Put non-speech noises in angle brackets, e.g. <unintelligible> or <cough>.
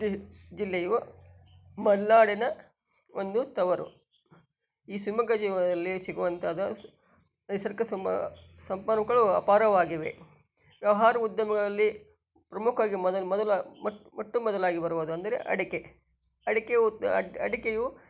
ಜಿಲ್ಲೆ ಜಿಲ್ಲೆಯು ಮಲೆನಾಡಿನ ಒಂದು ತವರು ಈ ಶಿಮೊಗ್ಗ ಜಿಲ್ಲೆಯಲ್ಲಿ ಸಿಗುವಂಥದ್ದು <unintelligible> ಅಪಾರವಾಗಿವೆ ವ್ಯವ್ಹಾರ ಉದ್ಯಮಗಳಲ್ಲಿ ಪ್ರಮುಖವಾಗಿ ಮೊದಲು ಮೊದಲು ಮೊ ಮೊಟ್ಟ ಮೊದಲಾಗಿ ಬರುವುದು ಅಂದರೆ ಅಡಿಕೆ ಅಡಿಕೆ ಅಡಿಕೆಯು